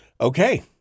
okay